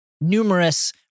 Numerous